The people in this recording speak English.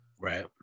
Right